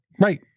Right